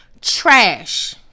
Trash